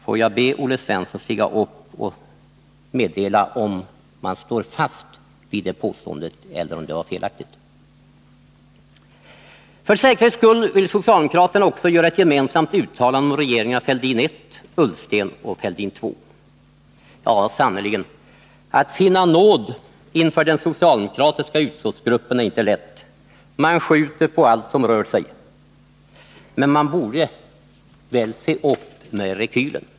Får jag be Olle Svensson stiga upp och meddela om man står fast vid det påståendet eller om det är felaktigt. För säkerhets skull vill socialdemokraterna också göra ett gemensamt uttalande om regeringarna Fälldin I, Ullsten och Fälldin II. Att finna nåd inför den socialdemokratiska utskottsgruppen är sannerligen inte lätt — man skjuter på allt som rör sig. Men man borde väl se upp med rekylen?